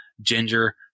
Ginger